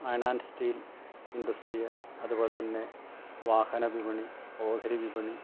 iron and steel ഇൻഡസ്ട്രീയെ അത്പോലെ തന്നെ വാഹന വിപണി ഓഹരി വിപണി